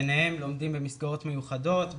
ביניהם לומדים במסגרות מיוחדות,